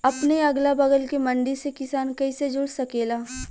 अपने अगला बगल के मंडी से किसान कइसे जुड़ सकेला?